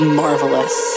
marvelous